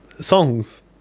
songs